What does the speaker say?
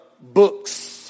books